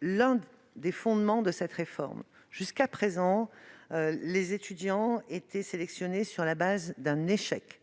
l'un des fondements de cette réforme. Jusqu'à présent, les étudiants étaient sélectionnés sur la base d'un échec :